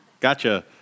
Gotcha